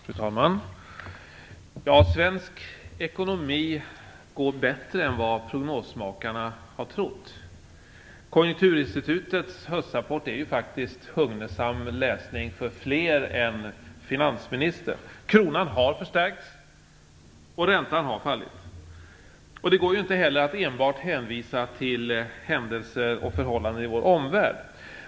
Fru talman! Svensk ekonomi går bättre än vad prognosmakarna har trott. Konjunkturinstitutets höstrapport är faktiskt hugnesam läsning för fler än finansministern. Kronan har förstärkts och räntan har fallit. Det går inte heller att enbart hänvisa till händelser och förhållanden i vår omvärld.